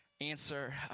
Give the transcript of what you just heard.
answer